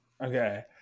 Okay